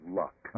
luck